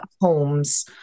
homes